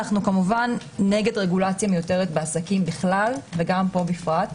אנו כמובן נגד רגולציה מיותרת בעסקים בכלל וגם פה בפרט.